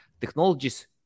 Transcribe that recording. technologies